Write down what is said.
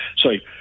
sorry